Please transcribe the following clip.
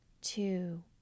two